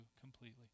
completely